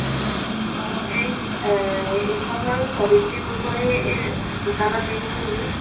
অঁ এই এইখন বাৰু চাবিত্ৰী ৰুপৈৰ দোকানত লাগিছে নেকি